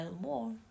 more